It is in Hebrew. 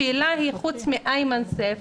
חוץ מאיימן סייף,